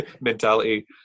mentality